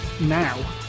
now